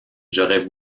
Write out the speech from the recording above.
j’aurais